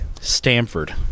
Stanford